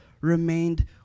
remained